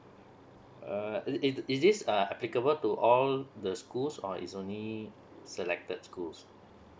uh is is this uh applicable to all the schools or is only selected schools